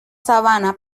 sabana